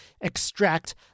extract